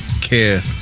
care